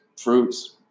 fruits